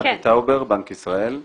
אני נתי טאובר מבנק ישראל.